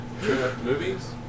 movies